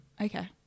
Okay